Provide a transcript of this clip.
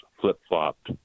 flip-flopped